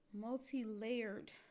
multi-layered